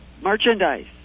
merchandise